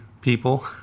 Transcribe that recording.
people